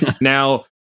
now